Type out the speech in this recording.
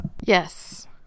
Yes